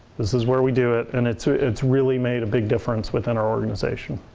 this is where we do it and it's ah it's really made a big difference within our organization.